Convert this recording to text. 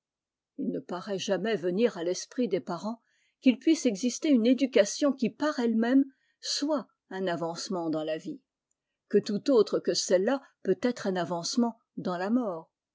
il ne paraît jamais venir à l'esprit des parents qu'il puisse exister une éducation qui par ehe même soit un avancement dans la vie que toute autre que celle-là peut être un avancement dans la mort